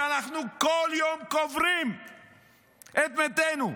כשאנחנו כל יום קוברים את מתינו,